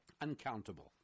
uncountable